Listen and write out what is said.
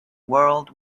world